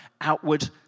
outward